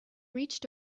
reached